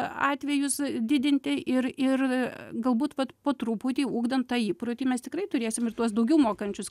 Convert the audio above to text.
atvejus didinti ir ir galbūt vat po truputį ugdant tą įprotį mes tikrai turėsim ir tuos daugiau mokančius